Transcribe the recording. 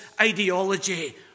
ideology